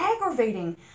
aggravating